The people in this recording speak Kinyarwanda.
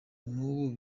n’ubu